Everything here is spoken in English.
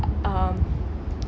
um